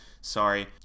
Sorry